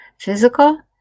physical